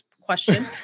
Question